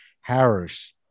Harris